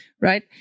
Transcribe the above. right